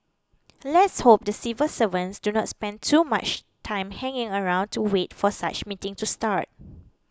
let's hope the civil servants do not spend too much time hanging around to wait for such meetings to start